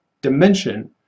dimension